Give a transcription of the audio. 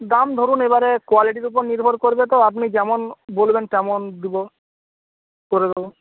দাম ধরুন এবারে কোয়ালিটির উপর নির্ভর করবে তো আপনি যেমন বলবেন তেমন দেবো করে দেবো